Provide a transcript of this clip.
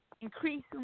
increasing